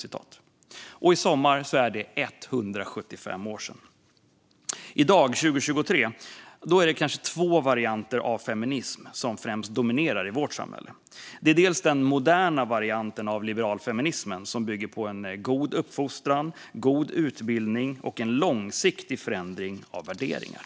I sommar är det 175 år sedan. I dag, 2023, är det kanske två varianter av feminism som främst dominerar i vårt samhälle. Den ena varianten är den moderna varianten av liberalfeminismen som bygger på en god uppfostran, en god utbildning och en långsiktig förändring av värderingar.